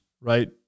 right